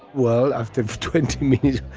well, after twenty minutes.